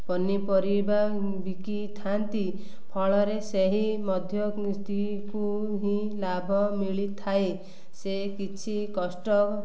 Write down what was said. ପନିପରିବା ବିକିଥାନ୍ତି ଫଳରେ ସେହି ମଧ୍ୟସ୍ଥିକୁ ହିଁ ଲାଭ ମିଳିଥାଏ ସେ କିଛି କଷ୍ଟ